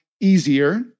easier